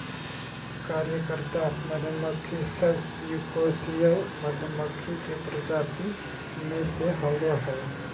कार्यकर्ता मधुमक्खी सब यूकोसियल मधुमक्खी के प्रजाति में से होबा हइ